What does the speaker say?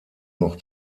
noch